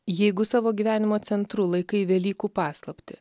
jeigu savo gyvenimo centru laikai velykų paslaptį